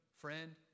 Friend